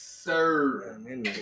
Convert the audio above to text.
Sir